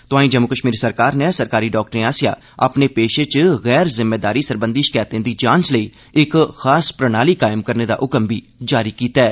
तोआईं जम्मू कश्मीर सरकार नै सरकारी डाक्टरें आस्सेआ अपने पेशे च गैर जिम्मेदारी सरबंधी शकैतें दी जांच लेई इक खास प्रणाली कायम करने दा हुक्म बी जारी कीता ऐ